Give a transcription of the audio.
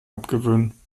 abgewöhnen